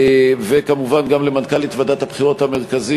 וכמובן גם למנכ"לית ועדת הבחירות המרכזית,